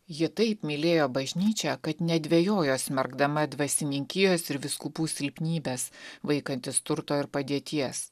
ji taip mylėjo bažnyčią kad nedvejojo smerkdama dvasininkijos ir vyskupų silpnybes vaikantis turto ir padėties